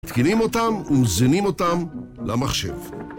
מתקינים אותם ומזינים אותם למחשב